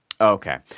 Okay